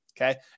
okay